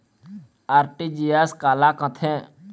RTGS काला कथें?